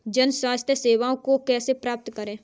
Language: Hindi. जन स्वास्थ्य सेवाओं को कैसे प्राप्त करें?